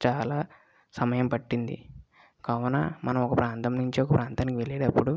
చాలా సమయం పట్టింది కావున మనం ఒక ప్రాంతం నుంచి ఒక ప్రాంతానికి వెళ్ళేటప్పుడు